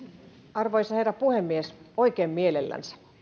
arvoisa herra puhemies oikein mielellänsä